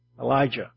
Elijah